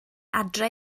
adre